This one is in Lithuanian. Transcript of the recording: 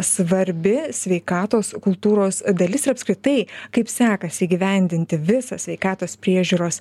svarbi sveikatos kultūros dalis ir apskritai kaip sekasi įgyvendinti visą sveikatos priežiūros